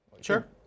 Sure